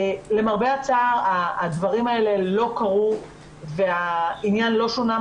למרבה הצער הדברים האלה לא קרו והעניין לא שונה.